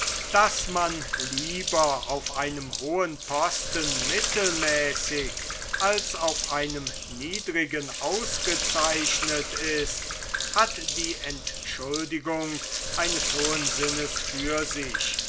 daß man lieber auf einem hohen posten mittelmäßig als auf einem niedrigen ausgezeichnet ist hat die entschuldigung eines hohen sinnes für sich